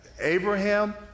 Abraham